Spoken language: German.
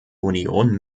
union